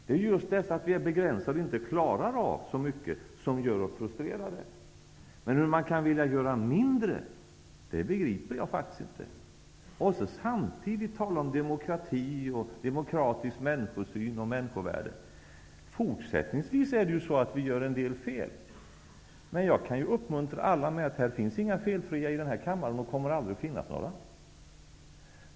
Det är just det faktum att vi inte klarar av att göra så mycket som gör oss frustrerade. Men jag begriper faktiskt inte hur man kan vilja göra mindre. Samtidigt talar man om demokrati, demokratisk människosyn och människovärde. Vi gör en del fel. Men jag kan uppmuntra alla här med att säga att det finns ingen felfri människa i den här kammaren, och det kommer aldrig att finnas någon heller.